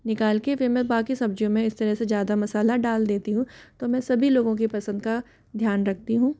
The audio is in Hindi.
निकाल के मैं फिर बाकी सब्जियों में इस तरह से ज़्यादा मसाला डाल देती हूँ तो मैं सभी लोगों के पसंद का ध्यान रखती हूँ